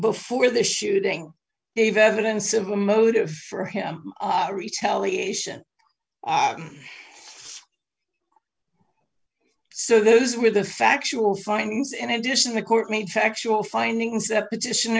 before the shooting they have evidence of a motive for him retaliation so those were the factual findings in addition the court made factual findings that petition